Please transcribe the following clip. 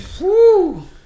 Woo